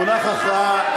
המונח הכרעה,